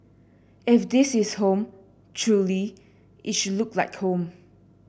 if this is home truly it should look like home